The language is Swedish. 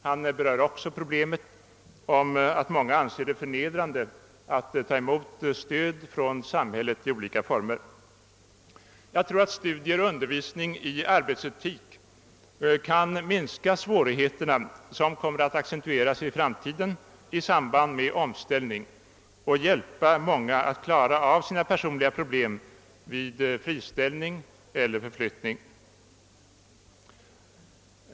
Han tar också upp pro blemet att många anser det förnedrande att ta emot stöd i olika former från samhället. Jag tror att studier och undervisning i arbetsetik kan minska de svårigheter som i framtiden kommer att accentueras i samband med omställningar och hjälpa många att klara av sina personliga problem vid friställning eller förflyttning.